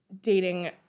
dating